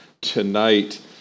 tonight